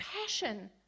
passion